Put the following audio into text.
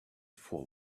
for